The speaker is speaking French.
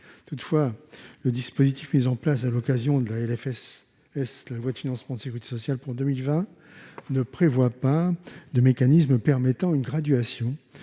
Toutefois, le dispositif mis en place à l'occasion de la loi de financement de la sécurité sociale pour 2020 ne prévoit pas de mécanisme permettant une graduation